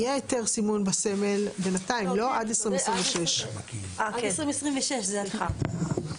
יהיה היתר סימון בסמל בינתיים, לא עד 2026. הבנתי.